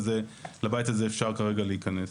לבית הזה אפשר כרגע להיכנס.